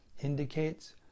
indicates